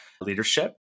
Leadership